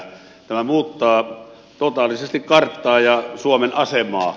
tämä muuttaa totaalisesti karttaa ja suomen asemaa